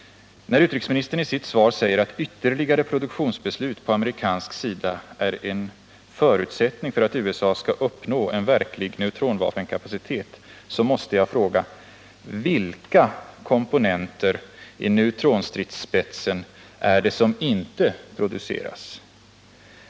Utrikesministern säger i svaret: ”Ytterligare produktionsbeslut på amerikansk sida är en förutsättning för att USA skall uppnå en verklig neutronvapenkapacitet.” Jag måste då fråga: Vilka komponenter i neutronstridsspetsen är det som inte produceras?